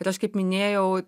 ir aš kaip minėjau